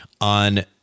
On